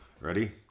Ready